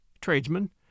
tradesmen